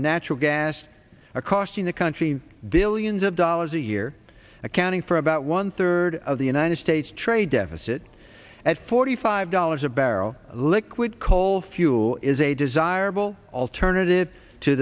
natural gas are costing the country billions of dollars a year accounting for about one third of the united states trade deficit at forty five dollars a barrel liquid coal fuel is a desirable alternative to